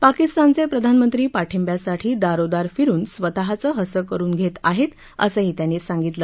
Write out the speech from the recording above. पाकिस्तानच प्रिधानमंत्री पाठिब्यासाठी दारोदार फिरून स्वतःच हसं करून घतीआहती असंही त्यांनी सांगितलं